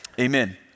amen